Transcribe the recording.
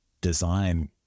design